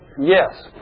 Yes